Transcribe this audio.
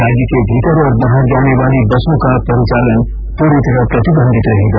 राज्य के भीतर और बाहर जाने वाली बसों का परिचालन पूरी तरह प्रतिबंधित रहेगा